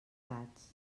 gats